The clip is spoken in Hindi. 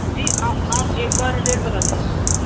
जी आ आप एक बार रेट बता दीजिए सबका